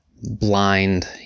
blind